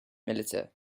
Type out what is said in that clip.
militia